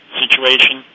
situation